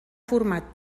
format